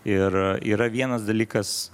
ir yra vienas dalykas